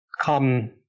come